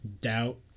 doubt